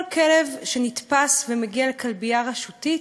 כל כלב שנתפס ומגיע לכלבייה רשותית,